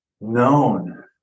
Known